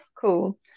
Cool